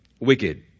wicked